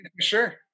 sure